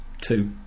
two